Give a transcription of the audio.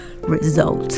Result